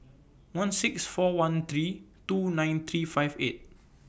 one six four one three two nine three five eight